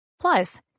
Plus